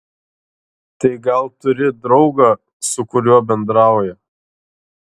tai gal turi draugą su kuriuo bendrauja